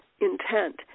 intent